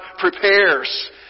prepares